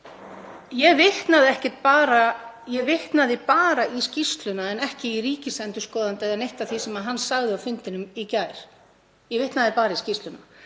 Ég vitnaði bara í skýrsluna en ekki í ríkisendurskoðanda eða neitt af því sem hann sagði á fundinum í gær. Ég vitnaði bara í skýrsluna.